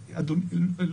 לערעור.